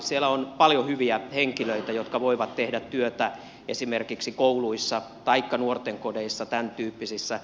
siellä on paljon hyviä henkilöitä jotka voivat tehdä työtä esimerkiksi kouluissa taikka nuortenkodeissa tämän tyyppisissä